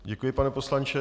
Děkuji, pane poslanče.